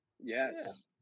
Yes